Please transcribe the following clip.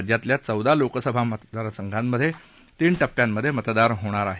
राज्यातल्या चौदा लोकसभा मतदारसंघामधे तीन टप्प्यांमधे मतदान होणार आहे